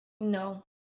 no